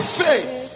faith